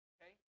Okay